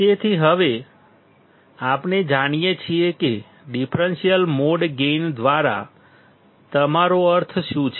તેથી હવે આપણે જાણીએ છીએ કે ડિફરન્સલ મોડ ગેઇન દ્વારા તમારો અર્થ શું છે